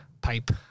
pipe